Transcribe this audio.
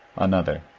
another.